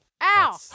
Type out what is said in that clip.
Ow